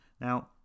Now